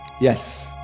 Yes